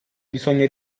bisogna